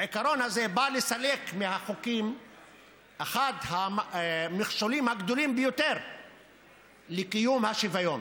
העיקרון הזה בא לסלק מהחוקים אחד המכשולים הגדולים ביותר לקיום השוויון.